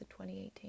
2018